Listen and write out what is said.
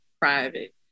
private